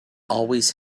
always